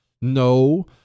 No